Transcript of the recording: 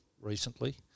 recently